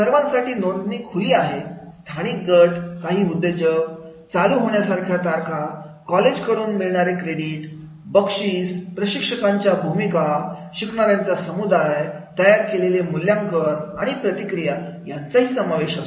सर्वांसाठी नोंदणी खुली आहेस्थानिक गट काही उद्योजक चालू होण्याच्या तारखा कॉलेज कडून मिळणारे क्रेडिट बक्षीस प्रशिक्षकाची भूमिका शिकणारा समुदाय तयार केलेले मूल्यांकन आणि प्रतिक्रिया या सर्वांचा समावेश असतो